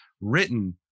written